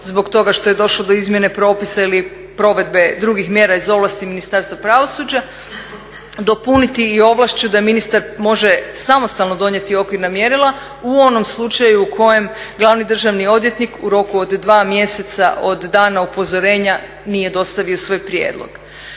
zbog toga što je došlo do izmjene propisa ili provedbe drugih mjera iz ovlasti Ministarstva pravosuđa, dopuniti i ovlašću da ministar može samostalno donijeti okvirna mjerila u onom slučaju u kojem glavni državni odvjetnik u roku od 2 mjeseca od dana upozorenja nije dostavio svoj prijedlog.